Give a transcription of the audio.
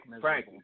Frank